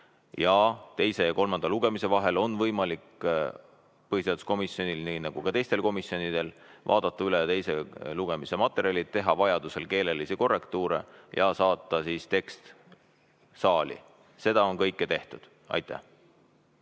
Teise ja kolmanda lugemise vahel on võimalik põhiseaduskomisjonil, nii nagu ka teistel komisjonidel, vaadata üle teise lugemise materjalid, teha vajadusel keelelisi korrektuure ja saata tekst saali. Seda kõike on tehtud. Härra